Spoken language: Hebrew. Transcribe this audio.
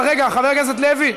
אבל רגע, חבר הכנסת לוי,